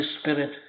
Spirit